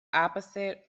opposite